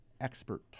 expert